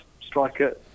striker